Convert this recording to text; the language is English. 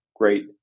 great